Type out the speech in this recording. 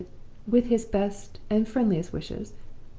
with his best and friendliest wishes,